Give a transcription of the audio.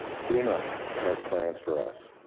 fema has plans for us.